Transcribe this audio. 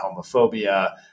homophobia